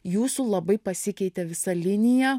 jūsų labai pasikeitė visa linija